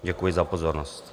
Děkuji za pozornost.